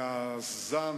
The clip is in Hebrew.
להשתמש,